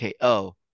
KO